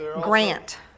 grant